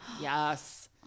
Yes